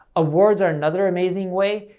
awards are another amazing way.